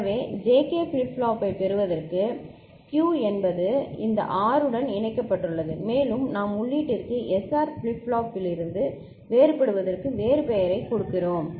எனவே JK flip ஃப்ளாப்பைப் பெறுவதற்கு Q என்பது இந்த R உடன் இணைக்கப்பட்டுள்ளது மேலும் நாம் உள்ளீட்டிற்கு SR ஃபிளிப் ஃப்ளாப்பிலிருந்து வேறுபடுத்துவதற்குவேறு பெயரைக் கொடுக்கிறோம்